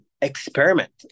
experiment